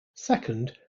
second